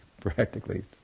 practically